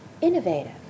innovative